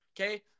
okay